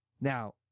Now